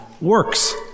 works